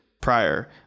prior